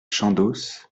chandos